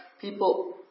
people